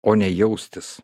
o ne jaustis